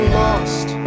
lost